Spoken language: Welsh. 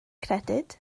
credyd